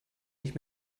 nicht